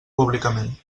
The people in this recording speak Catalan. públicament